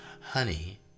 Honey